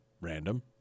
random